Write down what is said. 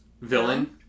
villain